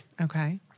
Okay